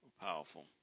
Powerful